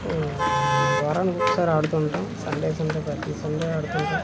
వారానికి ఒకసారి ఆడుతుంటాం సండే సండే ప్రతీ సండే ఆడుతుంటాం